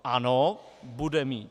Ano, bude mít.